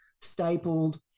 stapled